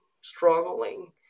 struggling